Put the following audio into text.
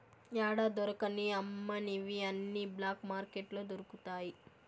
యాడా దొరకని అమ్మనివి అన్ని బ్లాక్ మార్కెట్లో దొరుకుతాయి